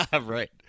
right